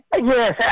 Yes